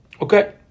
Okay